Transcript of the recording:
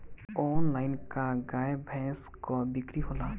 Online का गाय भैंस क बिक्री होला?